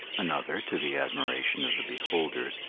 another, to the admiration of the beholders,